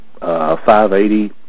.580